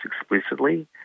explicitly